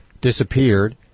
disappeared